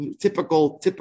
typical